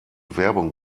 werbung